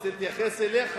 אני רוצה להתייחס אליך.